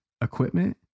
equipment